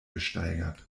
gesteigert